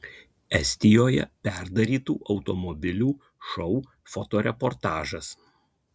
estijoje perdarytų automobilių šou fotoreportažas